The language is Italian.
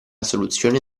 soluzione